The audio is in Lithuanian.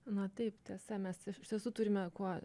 na taip tiesa mes iš tiesų turime kuo